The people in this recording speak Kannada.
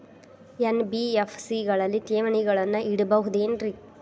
ಎನ್.ಬಿ.ಎಫ್.ಸಿ ಗಳಲ್ಲಿ ಠೇವಣಿಗಳನ್ನು ಇಡಬಹುದೇನ್ರಿ?